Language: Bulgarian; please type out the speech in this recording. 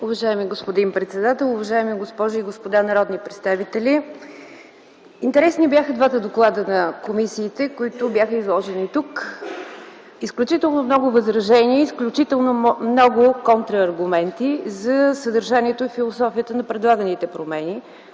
Уважаеми господин председател, уважаеми госпожи и господа народни представители! Интересни бяха двата доклада на комисиите, изложени тук - изключително много възражения, изключително много контрааргументи за съдържанието и философията на предлаганите промени